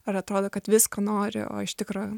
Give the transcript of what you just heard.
ar atrodo kad visko nori o iš tikro